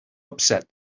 upset